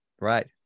right